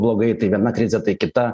blogai tai viena krizė tai kita